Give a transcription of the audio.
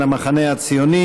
מן המחנה הציוני.